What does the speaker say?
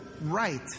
right